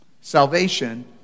salvation